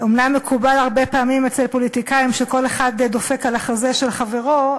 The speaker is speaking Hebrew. אומנם מקובל הרבה פעמים אצל פוליטיקאים שכל אחד דופק על החזה של חברו,